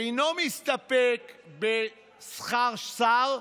הוא אינו מסתפק בשכר שר,